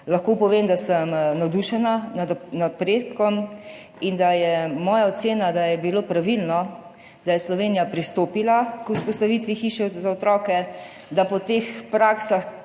Lahko povem, da sem navdušena nad napredkom in da je moja ocena, da je bilo pravilno, da je Slovenija pristopila k vzpostavitvi Hiše za otroke, da bodo po teh praksah,